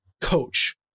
coach